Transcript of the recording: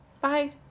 Bye